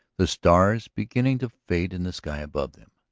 the stars beginning to fade in the sky above them.